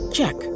Check